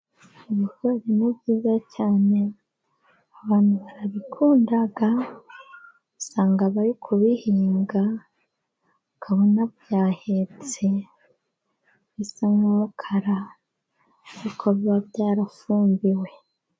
Ibigori ni byiza cyane abantu barabikunda. Usanga bari kubihinga, ukabona byahetse bisa n'umukara kuko biba byarafumbiwe.